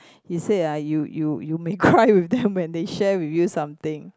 he say ah you you you may cry with them when they share with you something